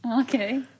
Okay